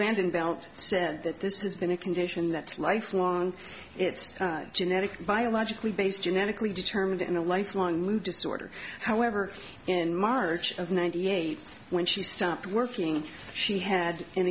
vanden belt said that this has been a condition that's lifelong it's genetic biologically based genetically determined in a lifelong mood disorder however in march of ninety eight when she stopped working she had an